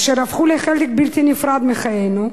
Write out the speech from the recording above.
אשר הפכו לחלק בלתי נפרד מחיינו,